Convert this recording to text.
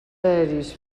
aeris